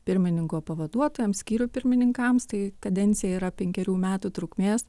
pirmininko pavaduotojams skyrių pirmininkams tai kadencija yra penkerių metų trukmės